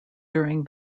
during